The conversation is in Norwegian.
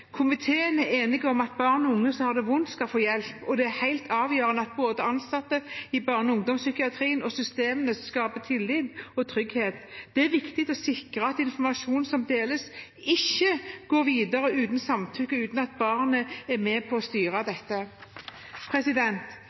Komiteen er enig om at barn og unge som har det vondt, skal få hjelp, og det er helt avgjørende at både ansatte i barne- og ungdomspsykiatrien og systemene skaper tillit og trygghet. Det er viktig å sikre at informasjon som deles, ikke går videre uten samtykke og uten at barnet er med på å styre dette.